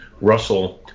Russell